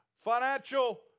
financial